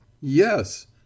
Yes